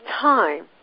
time